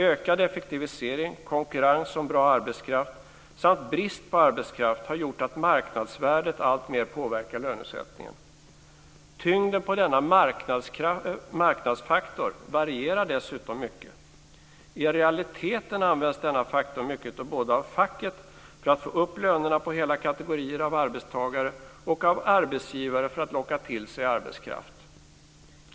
Ökad effektivisering, konkurrens om bra arbetskraft samt brist på arbetskraft har gjort att marknadsvärdet alltmer påverkar lönesättningen. Tyngden på denna marknadsfaktor varierar dessutom mycket. I realiteten används denna faktor mycket av både facket för att få upp löner på hela kategorier av arbetstagare och av arbetsgivare för att locka till sig arbetskraft.